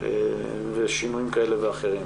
ושינויים כאלה ואחרים.